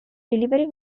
delivery